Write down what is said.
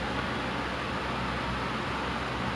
change the world